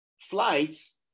flights